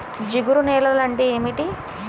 జిగురు నేలలు అంటే ఏమిటీ?